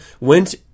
went